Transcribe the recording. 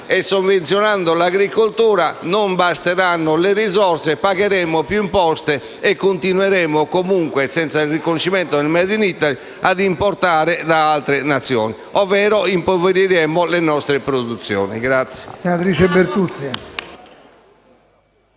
e sovvenzionando l'agricoltura non basteranno le risorse, pagheremo più imposte e continueremo, senza il riconoscimento del *made in Italy*, ad importare da altre Nazioni, impoverendo le nostre produzioni.